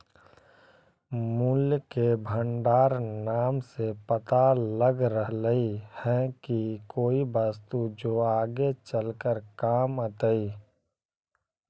मूल्य के भंडार नाम से पता लग रहलई हे की कोई वस्तु जो आगे चलकर काम अतई